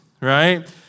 right